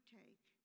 take